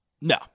No